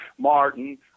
Martin